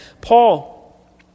Paul